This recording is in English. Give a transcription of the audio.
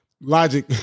logic